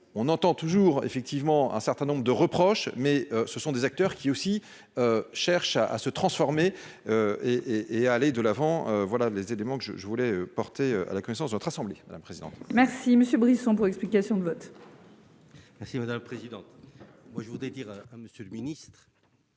on entend toujours effectivement un certain nombre de reproches, mais ce sont des acteurs qui aussi cherche à se transformer et et et à aller de l'avant, voilà les éléments que je je voulais porter à la connaissance de notre assemblée, la présidente. Merci monsieur Brice, explications de vote. Merci madame la présidente, moi je voudrais dire à monsieur le ministre,